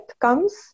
comes